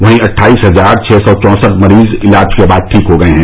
वहीं अट्ठाईस हजार छः सौ चौंसठ मरीज इलाज के बाद ठीक हो गये हैं